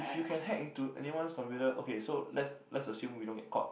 if you can hack into anyone's computer okay so let's let's assume we don't get caught